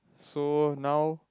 so now